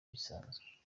bisanzwe